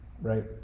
Right